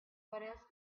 else